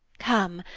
come,